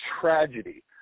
tragedy